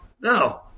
No